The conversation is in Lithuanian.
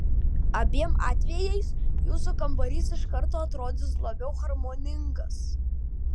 abiem atvejais jūsų kambarys iš karto atrodys labiau harmoningas